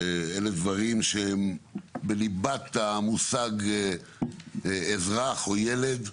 שאלה דברים שהם בליבת המושג אזרח או ילד.